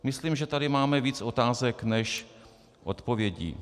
Myslím, že tady máme víc otázek než odpovědí.